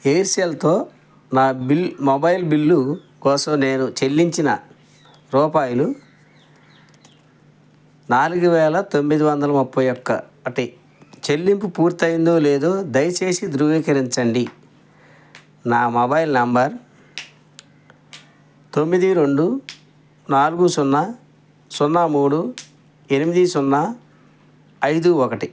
ఎయిర్సెల్తో నా bill mobile bill కోసం నేను చెల్లించిన రూపాయలు నాలుగు వేల తొమ్మిది వందల ముప్పై ఒకటి చెల్లింపు పూర్తయిందో లేదో దయచేసి ధృవీకరించండి నా మొబైల్ నంబర్ తొమ్మిది రెండు నాలుగు సున్నా సున్నా మూడు ఎనిమిది సున్నా ఐదు ఒకటి